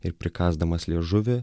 ir prikąsdamas liežuvį